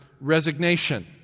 Resignation